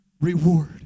reward